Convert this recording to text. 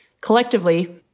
Collectively